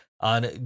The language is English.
on